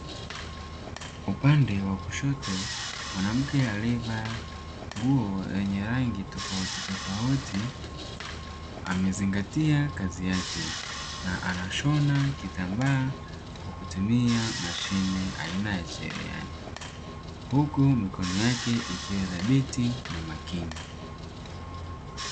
Upande wa kushoto, mwanamke aliyevaa nguo zenye rangi tofautitofauti amezingatia kazi yake na anashona kitambaa kwa kutumia mashine aina ya cherehani, huku mikono yake ikiwa thabiti na makini.